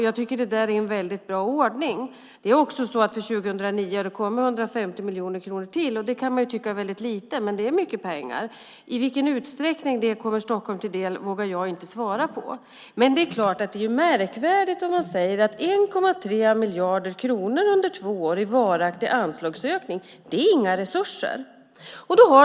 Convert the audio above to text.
Jag tycker att det är en väldigt bra ordning. Det är också så att för 2009 har det kommit 150 miljoner kronor till, och det kan man tycka är väldigt lite, men det är mycket pengar. I vilken utsträckning det kommer Stockholm till del vågar jag inte svara på. Men det är märkvärdigt om man säger att 1,3 miljarder kronor under två år i varaktig anslagsökning, det är inga resurser.